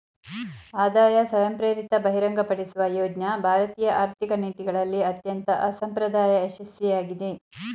ಆದಾಯ ಸ್ವಯಂಪ್ರೇರಿತ ಬಹಿರಂಗಪಡಿಸುವ ಯೋಜ್ನ ಭಾರತೀಯ ಆರ್ಥಿಕ ನೀತಿಗಳಲ್ಲಿ ಅತ್ಯಂತ ಅಸಂಪ್ರದಾಯ ಯಶಸ್ವಿಯಾಗಿದೆ